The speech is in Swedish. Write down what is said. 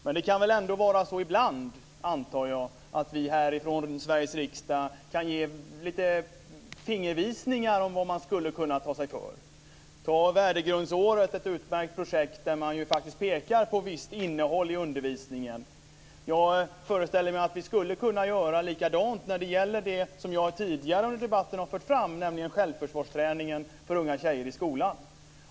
Men ibland kan det väl ändå vara så, antar jag, att vi från Sveriges riksdag kan ge lite fingervisningar om vad man skulle kunna ta sig för. Ta värdegrundsåret t.ex. Det är ett utmärkt projekt där man faktiskt pekar på visst innehåll i undervisningen. Jag föreställer mig att vi skulle kunna göra likadant när det gäller det som jag tidigare under debatten har fört fram, nämligen självförsvarsträningen för unga tjejer i skolan.